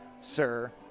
sir